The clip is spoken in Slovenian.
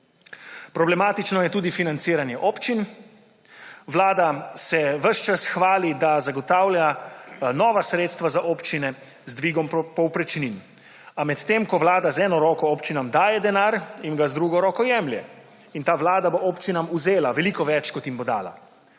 Problematično je tudi financiranje občin. Vlada se ves čas hvali, da zagotavlja nova sredstva za občine z dvigom povprečnin. A medtem ko Vlada z eno roko občinam daje denar, jim ga z drugo roko jemlje. In ta vlada bo občinam vzela veliko več, kot jim bo dala.